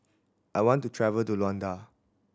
I want to travel to Luanda